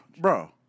Bro